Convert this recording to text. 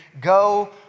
go